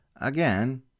Again